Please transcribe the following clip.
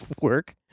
work